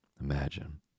Imagine